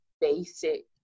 basic